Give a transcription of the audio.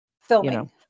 filming